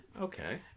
Okay